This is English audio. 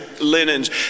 linens